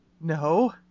No